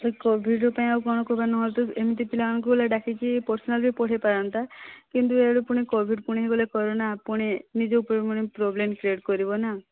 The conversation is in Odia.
ଏହି କୋଭିଡ଼ ପାଇଁ ଆଉ କ'ଣ କିମ୍ବା ନହେଲେ ତା ଏମିତି ପିଲାମାନଙ୍କୁ ହେଲେ ଡାକିକି ପର୍ଶନାଲ ବି ପଢ଼ାଇ ପାରନ୍ତା କିନ୍ତୁ ଇଆଡ଼େ ପୁଣି କୋଭିଡ଼ ପୁଣି ହୋଇଗଲେ କରୋନା ପୁଣି ନିଜ ଉପରେ ପୁଣି ପ୍ରୋବ୍ଲେମ କ୍ରିଏଟ କରିବ ନା